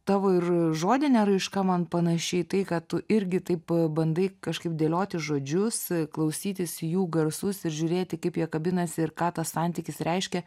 tavo ir žodinė raiška man panaši į tai kad tu irgi taip bandai kažkaip dėlioti žodžius klausytis jų garsus ir žiūrėti kaip jie kabinasi ir ką tas santykis reiškia